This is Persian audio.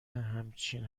همچین